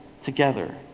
together